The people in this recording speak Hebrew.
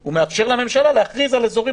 הוא מאפשר לממשלה להכריז על אזורים